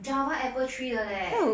java apple tree 的 leh